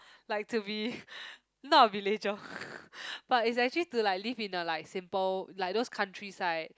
like to be not be nature but is actually to like live in the like simple like those countryside